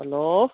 hello